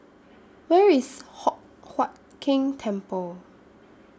Where IS Hock Huat Keng Temple